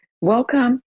welcome